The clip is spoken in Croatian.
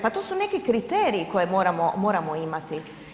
Pa to su neki kriteriji koje moramo imati.